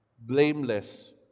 blameless